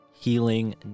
healing